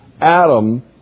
Adam